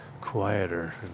quieter